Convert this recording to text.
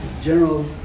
general